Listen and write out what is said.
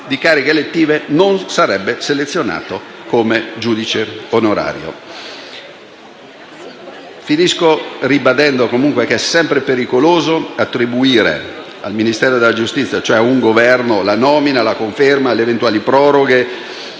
di cariche elettive sicuramente non sarebbe selezionato come giudice onorario. In conclusione, ribadisco che è sempre pericoloso attribuire al Ministero della giustizia, cioè a un Governo, la nomina e la conferma, le eventuali proroghe